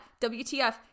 WTF